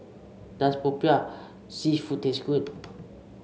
does popiah seafood taste good